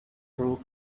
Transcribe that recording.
through